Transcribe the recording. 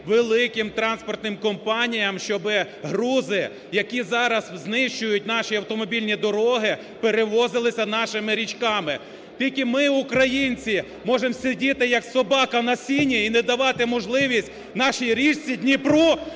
великим транспортним компаніям, щоби грузи, які зараз знищують наші автомобільні дороги, перевозилися нашими річками. Тільки ми, українці, можемо сидіти як собака на сіні і не давати нашій річці, Дніпру,